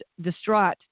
distraught